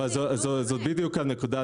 זאת בדיוק הנקודה,